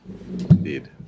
Indeed